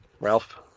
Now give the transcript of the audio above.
Ralph